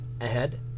ahead